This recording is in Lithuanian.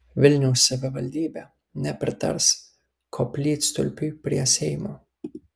vilniaus savivaldybė nepritars koplytstulpiui prie seimo